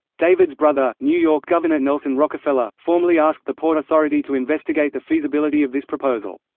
david's brother, new york governor nelson rockefeller, formally asked the port authority to investigate the feasibility of this proposal.